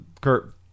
Kurt